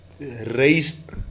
raised